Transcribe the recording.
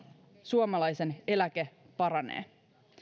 suomalaisen eläke paranee